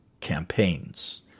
campaigns